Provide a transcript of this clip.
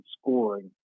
scoring